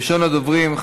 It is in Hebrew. ראשון הדוברים,